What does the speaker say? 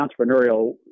entrepreneurial